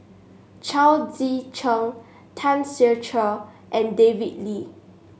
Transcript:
Chao Tzee Cheng Tan Ser Cher and David Lee